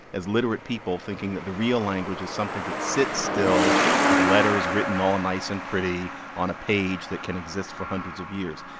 as literate people, thinking that the real language is something that sits still with letters written all nice and pretty on a page that can exist for hundreds of years,